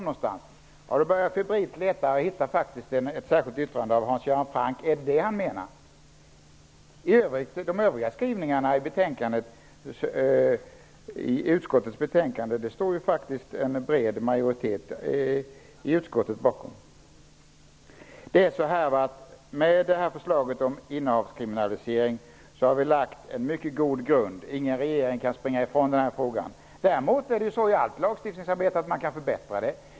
Jag började febrilt leta, och jag hittade faktiskt ett särskilt yttrande av Hans Göran Franck. Var det det han menade? De övriga skrivningarna i utskottets betänkande står faktiskt en bred majoritet i utskottet bakom. Med förslaget om innehavskriminalisering har vi lagt en mycket god grund. Ingen regering kan springa ifrån den här frågan. Däremot kan man förbättra allt lagstiftningsarbete.